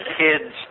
kids